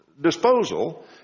disposal